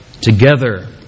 Together